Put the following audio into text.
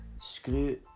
Screw